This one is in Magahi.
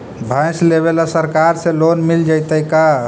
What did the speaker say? भैंस लेबे ल सरकार से लोन मिल जइतै का?